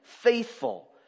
faithful